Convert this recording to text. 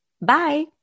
Bye